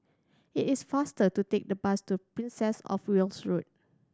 it is faster to take the bus to Princess Of Wales Road